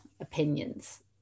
opinions